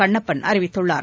கண்ணப்பன் அறிவித்துள்ளார்